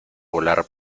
volar